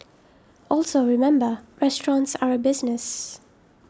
also remember restaurants are a business